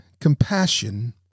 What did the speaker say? compassion